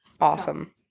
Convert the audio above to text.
Awesome